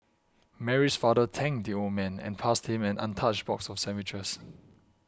Mary's father thanked the old man and passed him an untouched box of sandwiches